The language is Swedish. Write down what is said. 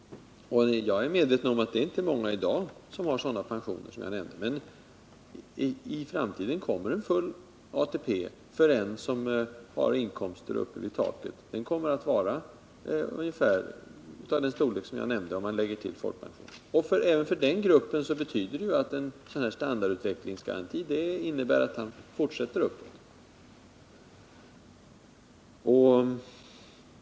Jag är medveten om att det inte är många som i dag har sådana pensioner som dem som jag nämnde. Men i framtiden kommer en full ATP för den som har en inkomst nära taket att vara av ungefär den storlek som jag nämnde, om man lägger till folkpensionen. Även för den gruppen innebär en standardutvecklingsgaranti en fortsättning uppåt.